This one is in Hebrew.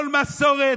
כל מסורת,